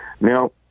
Now